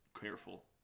careful